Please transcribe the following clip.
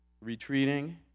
retreating